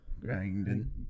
Grinding